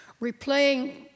replaying